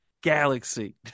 galaxy